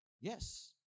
Yes